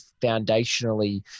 foundationally